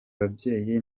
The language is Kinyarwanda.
babyeyi